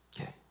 Okay